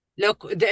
Look